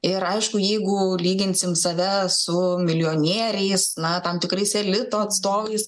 ir aišku jeigu lyginsim save su milijonieriais na tam tikrais elito atstovais